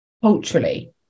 culturally